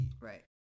Right